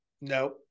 no